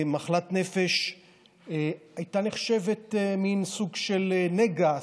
מחלת נפש נחשבה למין סוג של נגע,